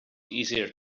easier